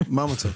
איך זה קשור?